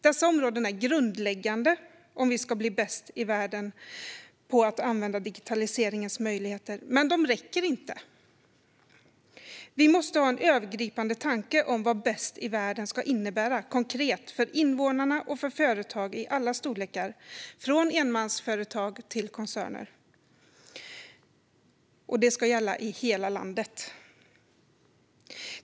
Dessa områden är grundläggande om vi ska bli bäst i världen på att använda digitaliseringens möjligheter, men det räcker inte. Vi måste ha en övergripande tanke om vad bäst i världen ska innebära konkret för invånarna och för företag i alla storlekar, från enmansföretag till koncerner. Och det ska gälla i hela landet.